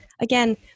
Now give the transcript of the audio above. again